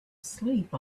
sleep